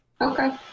Okay